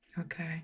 Okay